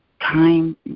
time